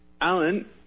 Alan